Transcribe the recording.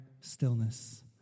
stillness